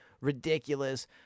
ridiculous